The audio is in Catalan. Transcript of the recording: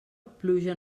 pluja